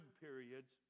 periods